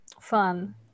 fun